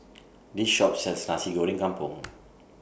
This Shop sells Nasi Goreng Kampung